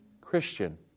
Christian